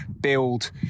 build